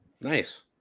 Nice